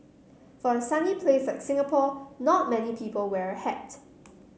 for a sunny places like Singapore not many people wear a hat